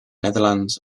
netherlands